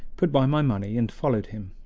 put by my money, and followed him.